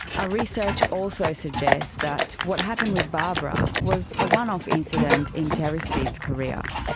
our research also suggests that what happened with barbara was a one-off incident in terry speed's career.